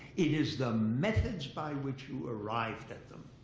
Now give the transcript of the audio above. it is the methods by which you arrive at them.